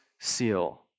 seal